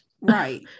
right